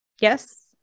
Yes